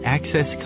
Access